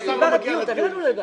עוד מעט נגמר הדיון, תביא לנו לדבר.